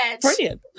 Brilliant